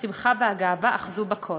והשמחה והגאווה אחזו בכול.